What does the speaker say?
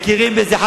מכירים בזה.